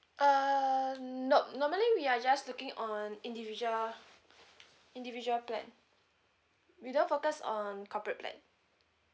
uh nope normally we are just looking on individual individual plan we don't focus on corporate plan